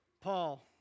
Paul